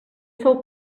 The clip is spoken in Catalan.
sol